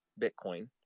Bitcoin